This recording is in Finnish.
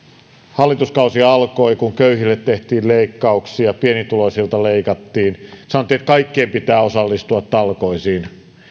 hallituskausi alkoi kun köyhille tehtiin leikkauksia pienituloisilta leikattiin sanottiin että kaikkien pitää osallistua talkoisiin